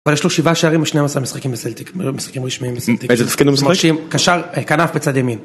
אבל יש לו שבעה שערים ושנים-עשר משחקים בסלטיק, משחקים רשמיים בסלטיק. -איזה תפקיד הוא משחק? -קשר, אה... כנף בצד ימין.